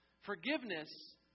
Forgiveness